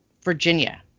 Virginia